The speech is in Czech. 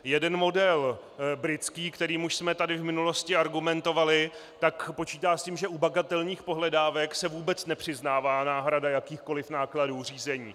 Jeden model britský, kterým už jsme tady v minulosti argumentovali, počítá s tím, že u bagatelních pohledávek se vůbec nepřiznává náhrada jakýchkoliv nákladů řízení.